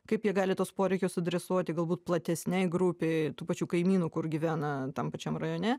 kaip jie gali tuos poreikius adresuoti galbūt platesnei grupei tų pačių kaimynų kur gyvena tam pačiam rajone